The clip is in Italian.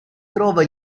trova